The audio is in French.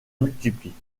multiplient